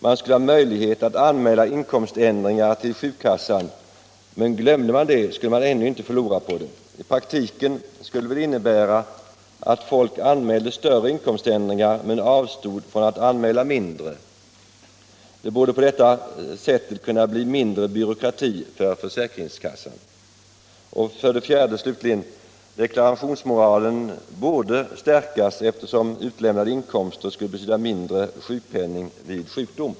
Man skulle ha möjlighet att anmäla inkomständringar till sjukkassan, men glömde man det skulle man ändå inte förlora på det. I praktiken skulle det väl innebära att folk anmälde större inkomständringar men avstod från att anmäla mindre. Det borde på detta sätt kunna bli mindre byråkrati för försäkringskassan. 4. Deklarationsmoralen borde stärkas, eftersom utelämnade inkomster skulle betyda mindre sjukpenning vid sjukdom.